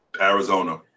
Arizona